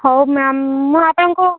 ହଉ ମ୍ୟାମ୍ ମୁଁ ଆପଣଙ୍କୁ